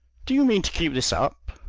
do you mean to keep this up?